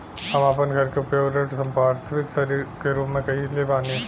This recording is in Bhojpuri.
हम आपन घर के उपयोग ऋण संपार्श्विक के रूप में कइले बानी